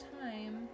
time